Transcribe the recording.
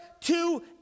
two